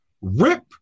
Rip